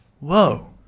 whoa